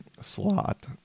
slot